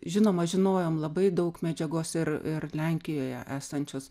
žinoma žinojom labai daug medžiagos ir ir lenkijoj esančios